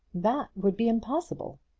that would be impossible.